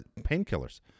painkillers